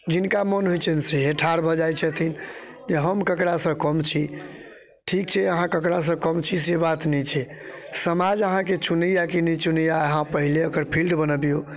जिनका मन होइत छनि सेहे ठाढ़ भऽ जाइत छथिन जे हम केकरासँ कम छी ठीक छै अहाँ केकरासँ कम छी से बात नहि छै समाज अहाँके चुनैया कि नहि चुनैया अहाँ पहि ले ओकर फील्ड बनऽ दिऔ